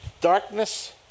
darkness